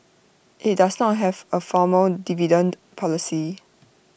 IT does not have A formal dividend policy